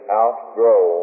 outgrow